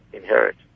inherit